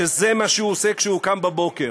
שזה מה שהוא עושה כשהוא קם בבוקר.